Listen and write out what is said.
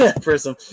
Prism